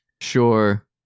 Sure